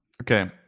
Okay